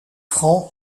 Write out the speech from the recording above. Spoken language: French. francs